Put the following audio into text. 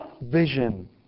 vision